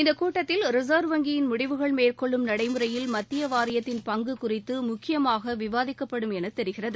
இந்த கூட்டத்தில் ரிசா்வ் வங்கியின் முடிவுகள் மேற்கொள்ளும் நடைமுறையில் மத்திய வாரியத்தின் பங்கு குறித்து முக்கியமாக விவாதிக்கப்படும் என தெரிகிறது